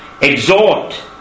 exhort